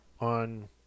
on